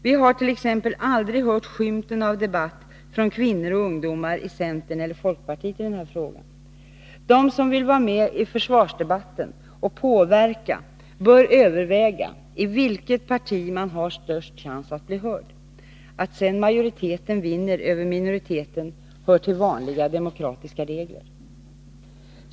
Vi har t.ex. aldrig sett skymten av debatt från kvinnor och ungdomar i centern eller folkpartiet i denna fråga. Den som vill vara med i försvarsdebatten och påverka bör överväga i vilket parti man har störst chans att bli hörd. Att sedan majoriteten vinner över minoriteten hör till vanliga demokratiska regler.